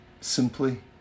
simply